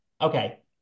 Okay